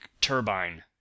turbine